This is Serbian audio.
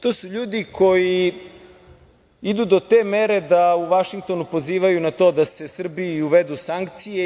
To su ljudi koji idu do te mere da u Vašingtonu pozivaju na to da se Srbiji uvedu sankcije.